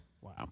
Wow